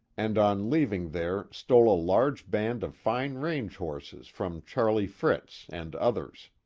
and on leaving there stole a large band of fine range horses from charlie fritz and others.